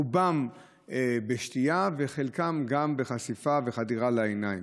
רובם בשתייה וחלקם גם בחשיפה ובחדירה לעיניים.